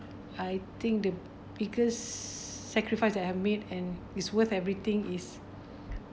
I think the because sacrifice that I've made and is worth everything is